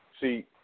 See